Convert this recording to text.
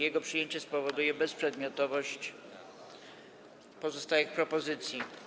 Jego przyjęcie spowoduje bezprzedmiotowość pozostałych propozycji.